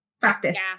practice